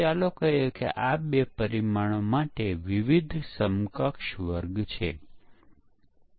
અને જો program output પછી તેની અપેક્ષા સાથે મેળ ખાતું નથીતો તે વિચારે છે કે પ્રોગ્રામ નિષ્ફળ ગયો છે